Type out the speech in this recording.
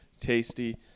tasty